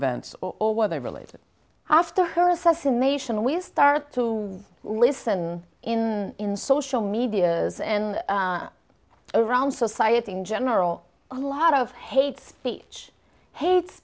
events or whether really after her assassination we start to listen in in social medias and around society in general a lot of hate speech hate